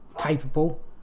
capable